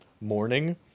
morning